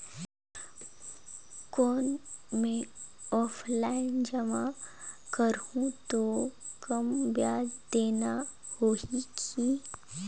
कौन मैं ऑफलाइन जमा करहूं तो कम ब्याज देना होही की?